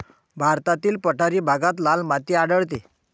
भारतातील पठारी भागात लाल माती आढळते